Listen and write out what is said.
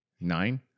Nine